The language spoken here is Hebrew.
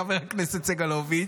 חבר הכנסת סגלוביץ'?